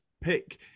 pick